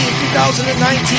2019